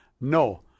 No